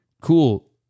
cool